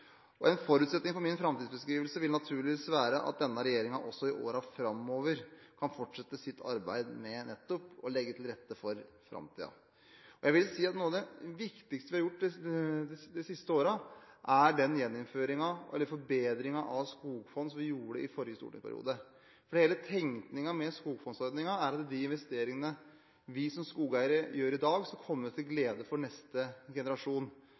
og matministeren: «Hvordan vil statsråden beskrive fremtiden til norsk skogbruk?» Representanten Per Roar Bredvold har bedt meg om å beskrive framtiden til skogbruket, noe jeg gjerne gjør. En forutsetning for min framtidsbeskrivelse vil naturligvis være at denne regjeringen også i årene framover kan fortsette sitt arbeid med nettopp å legge til rette for framtiden. Jeg vil si at noe av det viktigste vi har gjort de siste årene, er den forbedringen av skogfond som vi gjorde i forrige stortingsperiode. Hele tenkningen med skogfondsordningen er at de investeringer vi som skogeiere gjør i dag,